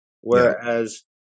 Whereas